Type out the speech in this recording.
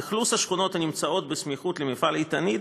אכלוס השכונות הנמצאות בסמיכות למפעל "איתנית"